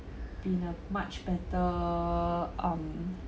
been a much better um